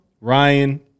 Ryan